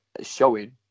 showing